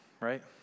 right